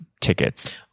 tickets